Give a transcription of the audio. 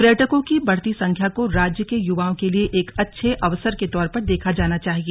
पर्यटकों की बढ़ती संख्या को राज्य के युवाओं के लिए एक अच्छे अवसर के तौर पर देखा जाना चाहिए